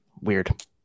Weird